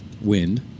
Wind